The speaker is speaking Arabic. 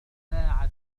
الساعة